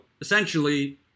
essentially